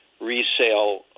resale